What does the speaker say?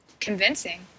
convincing